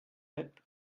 app